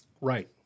Right